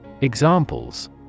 Examples